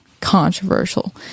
controversial